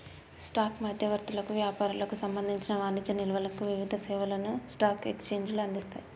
stock మధ్యవర్తులకు, వ్యాపారులకు సంబంధించిన వాణిజ్య నిల్వలకు వివిధ సేవలను స్టాక్ ఎక్స్చేంజ్లు అందిస్తయ్